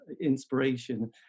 inspiration